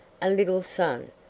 a little son,